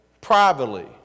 privately